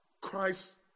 Christ